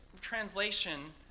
translation